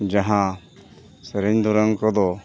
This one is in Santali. ᱡᱟᱦᱟᱸ ᱥᱮᱨᱮᱧ ᱫᱩᱨᱟᱹᱝ ᱠᱚᱫᱚ